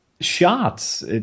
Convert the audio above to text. shots